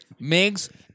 Migs